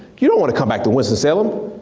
you don't want to come back to winston-salem.